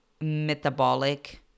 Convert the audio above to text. metabolic